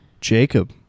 Jacob